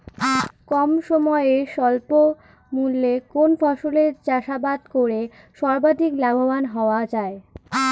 কম সময়ে স্বল্প মূল্যে কোন ফসলের চাষাবাদ করে সর্বাধিক লাভবান হওয়া য়ায়?